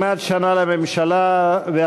אי-אמון בממשלה לא